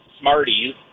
Smarties